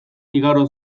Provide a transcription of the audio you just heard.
igaro